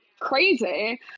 crazy